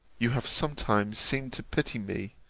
you have sometimes seemed to pity me,